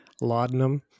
laudanum